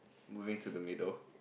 moving to the middle